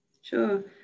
Sure